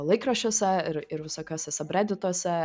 laikraščiuose ir ir visokiuose sabredituose